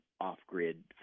off-grid